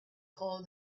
call